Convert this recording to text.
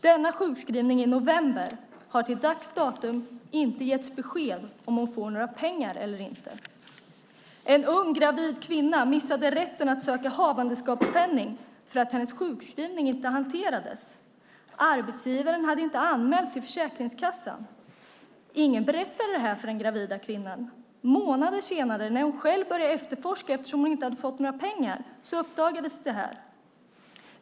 Denna sjukskrivning i november har det till dags dato inte getts något besked om ifall hon får några pengar för eller inte. En ung gravid kvinna missade rätten att söka havandeskapspenning för att hennes sjukskrivning inte hanterades. Arbetsgivaren hade inte anmält den till Försäkringskassan. Ingen berättade det för den gravida kvinnan. Månader senare, när hon själv började efterforska eftersom hon inte hade fått några pengar, uppdagades det.